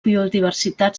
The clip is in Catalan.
biodiversitat